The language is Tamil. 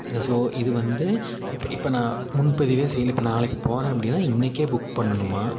ஸோ இது வந்து இப் இப்போ நான் முன்பதிவு செய்யல இப்போ நாளைக்கு போகிறேன் அப்படின்னா இன்னைக்கு புக் பண்ணணுமா